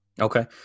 Okay